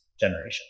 generation